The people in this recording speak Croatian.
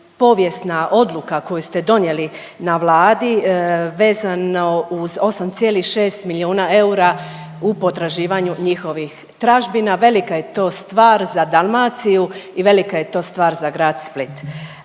povijesna odluka koju ste donijeli na Vladi vezano uz 8,6 milijuna eura u potraživanju njihovih tražbina. Velika je to stvar za Dalmaciju i velika je to stvar za grad Split.